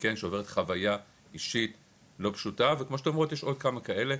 מכן שעוברת חוויה אישית לא פשוטה וכמו שאתן אומרות יש עוד כמה כאלה.